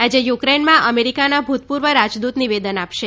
આજે યુક્રેનમાં અમેરિકાના ભૂતપૂર્વ રાજદ્દત નિવેદન આપશે